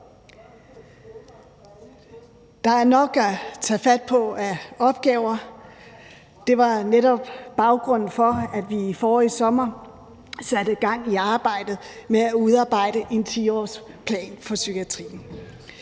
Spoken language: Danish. Der er nok at tage fat på af opgaver. Det var netop baggrunden for, at vi forrige sommer satte gang i arbejdet med at udarbejde en 10-årsplan for psykiatrien.